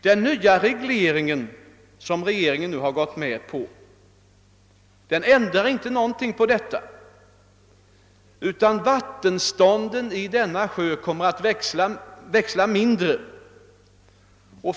Den nya reglering som regeringen nu har gått med på ändrar inte någonting på detta, utan vattenståndet i sjön kommer att växla mindre än förut.